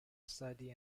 study